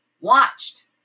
watched